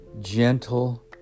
gentle